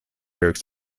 lyrics